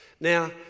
Now